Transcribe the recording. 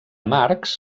marx